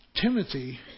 Timothy